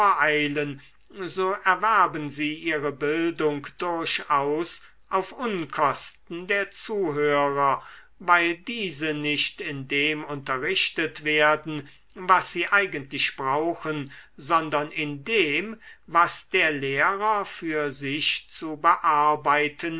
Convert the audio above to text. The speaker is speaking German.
voreilen so erwerben sie ihre bildung durchaus auf unkosten der zuhörer weil diese nicht in dem unterrichtet werden was sie eigentlich brauchen sondern in dem was der lehrer für sich zu bearbeiten